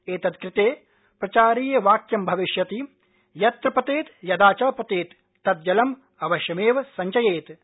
एत्कृते प्रचारीयवाक्यं भविष्यति यत्र पतेत् यदा च पतेत् तत् जलम् अवश्यमेव संचयेत्